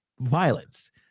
violence